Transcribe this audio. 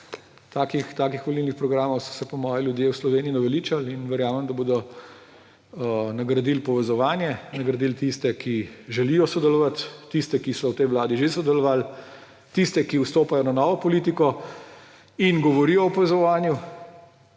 Takih volilnih programov so se po moje ljudje v Sloveniji naveličali in verjamem, da bodo nagradili povezovanje, nagradili tiste, ki želijo sodelovati, tiste, ki so v tej vladi že sodelovali, tiste, ki vstopajo na novo v politiko in govorijo o povezovanju,